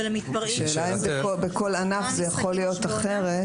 ולמתפרעים --- בכל ענף זה יכול להיות אחרת.